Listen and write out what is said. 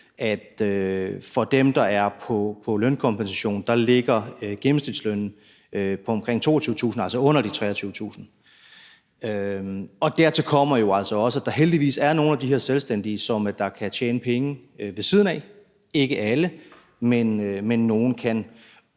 at for dem, der er på lønkompensation, ligger gennemsnitslønnen på omkring 22.000 kr., altså under de 23.000 kr. Dertil kommer jo altså også, at der heldigvis er nogle af de her selvstændige, som kan tjene penge ved siden af – ikke alle, men nogle kan